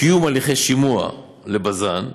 קיום הליכי שימוע לבז"ן,